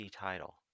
title